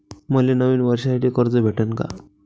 मले नवीन वर्षासाठी कर्ज भेटन का?